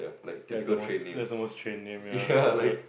that's the most that's the most train name I've ever heard